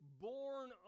born